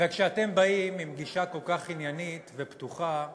וכשאתם באים עם גישה כל כך עניינית ופתוחה,